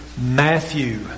Matthew